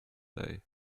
day